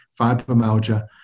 fibromyalgia